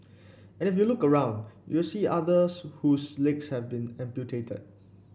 and if you look around you will see others whose legs have been amputated